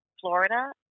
Florida